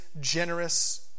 generous